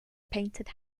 painted